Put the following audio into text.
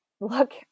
look